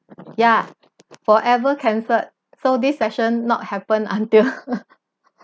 ya forever cancelled so this session not happen until